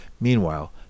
Meanwhile